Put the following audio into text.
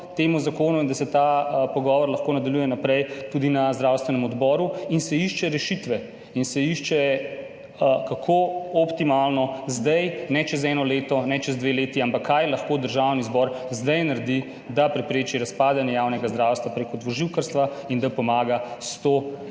temu zakonu, in da se ta pogovor lahko nadaljuje naprej tudi na zdravstvenem odboru in se išče rešitve in se išče, kako optimalno zdaj, ne čez eno leto, ne čez dve leti, ampak kaj lahko Državni zbor naredi zdaj, da prepreči razpadanje javnega zdravstva preko dvoživkarstva in da pomaga 143